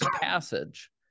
passage